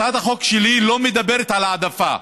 הצעת החוק שלי לא מדברת על העדפה.